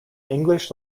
english